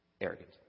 Arrogant